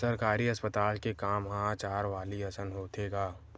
सरकारी अस्पताल के काम ह चारवाली असन होथे गा